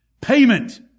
Payment